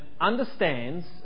understands